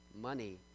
money